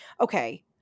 Okay